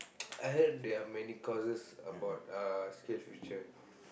I heard there are many courses about uh skills future